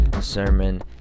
sermon